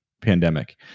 pandemic